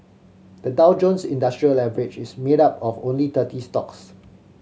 the Dow Jones Industrial Average is made up of only thirty stocks